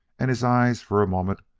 and his eyes, for a moment,